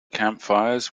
campfires